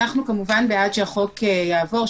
אנחנו בעד שהחוק יעבור,